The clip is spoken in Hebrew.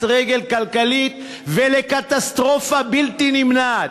רגל כלכלית ולקטסטרופה בלתי נמנעת.